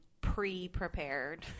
pre-prepared